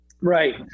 Right